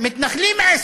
מתנחלים,